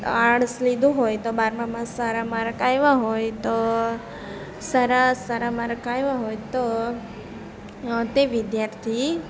arts લીધું હોય બારમામાં સારા માર્ક આવ્યા હોય તો સારા માર્કસ આવ્યા હોય તો તે વિદ્યાર્થી